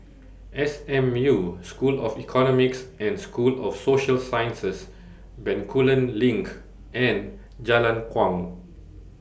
S M U School of Economics and School of Social Sciences Bencoolen LINK and Jalan Kuang